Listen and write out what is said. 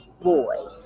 boy